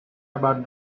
about